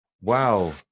wow